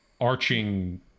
arching